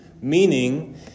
Meaning